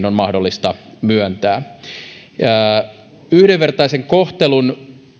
on mahdollista myöntää yhdenvertaisen kohtelun